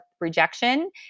rejection